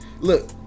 Look